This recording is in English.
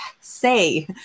say